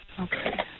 Okay